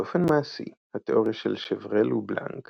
באופן מעשי התאוריה של שוורל ובלאנק